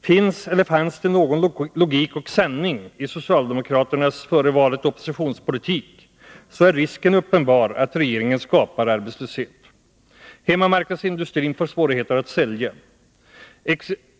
Finns eller fanns det någon logik och sanning i socialdemokraternas oppositionspolitik före valet, så är risken uppenbar att regeringen skapar arbetslöshet. Hemmamarknadsindustrin får svårigheter att sälja.